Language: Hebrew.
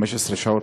15 שעות,